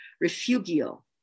refugio